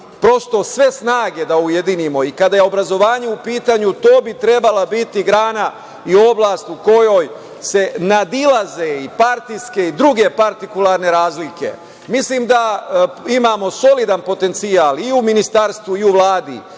prosto sve snage da ujedinimo. Kada je obrazovanje u pitanju, to bi trebala biti grana i oblast u kojoj se nadilaze i partijske i druge partikularne razlike. Mislim da imamo solidan potencijal i u Ministarstvu i u Vladi